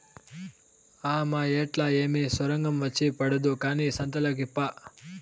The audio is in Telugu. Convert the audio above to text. ఆ మాయేట్లా ఏమి సొరంగం వచ్చి పడదు కానీ సంతలోకి పా